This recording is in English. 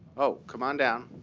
oh, come on down,